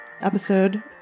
episode